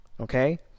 Okay